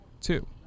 two